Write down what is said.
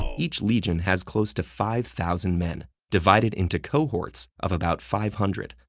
each legion has close to five thousand men, divided into cohorts of about five hundred,